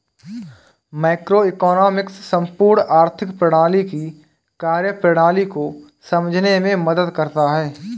macroeconomics संपूर्ण आर्थिक प्रणाली की कार्यप्रणाली को समझने में मदद करता है